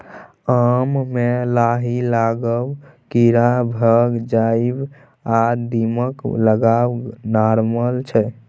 आम मे लाही लागब, कीरा भए जाएब आ दीमक लागब नार्मल छै